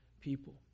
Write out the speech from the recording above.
people